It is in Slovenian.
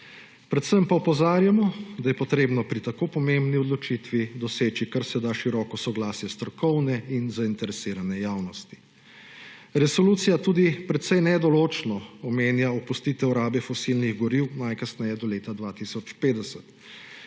Predvsem pa opozarjamo, da je potrebno pri tako pomembni odločitvi doseči, kar se da široko soglasje strokovne in zainteresirane javnosti. Resolucija tudi precej nedoločno omenja opustitev rabe fosilnih goriv najkasneje do leta 2050.